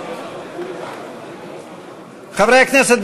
חברי הכנסת,